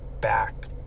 back